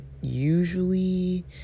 usually